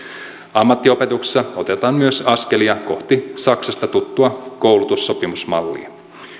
ammattiopetuksessa otetaan myös askelia kohti saksasta tuttua koulutussopimusmallia